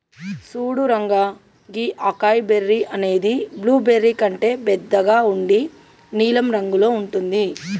సూడు రంగా గీ acai berry అనేది బ్లూబెర్రీ కంటే బెద్దగా ఉండి నీలం రంగులో ఉంటుంది